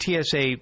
TSA